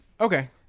Okay